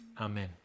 Amen